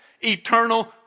eternal